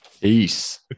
Peace